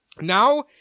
Now